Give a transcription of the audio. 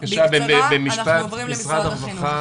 משרד הרווחה,